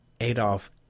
Adolf